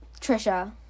Trisha